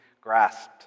grasped